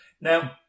Now